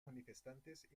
manifestantes